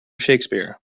shakespeare